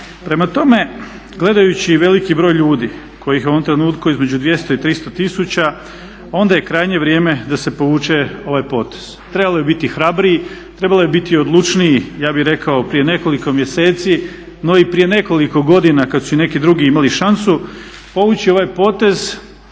Prema tome, gledajući veliki broj ljudi kojih je u ovom trenutku između 200 i 300 tisuća onda je krajnje vrijeme da se povuče ovaj potez. Trebalo je biti hrabriji, trebalo je biti odlučniji ja bih rekao prije nekoliko mjeseci no i prije nekoliko godina kada su i neki drugi imali šansu, povući ovaj potez